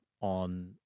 on